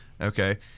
okay